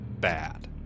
bad